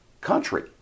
country